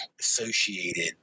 associated